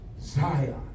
Zion